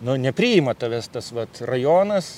nu nepriima tavęs tas vat rajonas